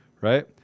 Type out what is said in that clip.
right